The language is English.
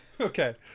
okay